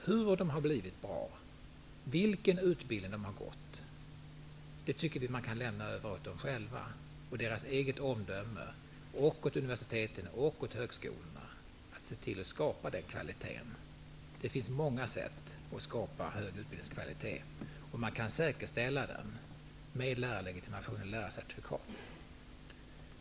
Hur de har blivit bra och vilken utbildning de har gått är inte det viktiga. Man kan lämna över åt dem själva och deras eget omdöme och åt universiteten och högskolorna att se till att skapa den kvaliteten. Det finns många sätt att skapa hög utbildningskvalitet, och man kan säkerställa den med lärarlegitimation eller lärarcertifikat.